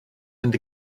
and